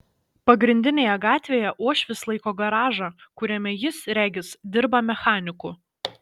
pagrindinėje gatvėje uošvis laiko garažą kuriame jis regis dirba mechaniku